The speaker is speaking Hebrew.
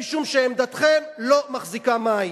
משום שעמדתכם לא מחזיקה מים.